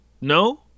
No